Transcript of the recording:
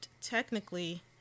technically